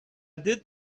did